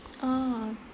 oh